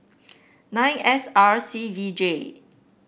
nine S R C V J